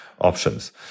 options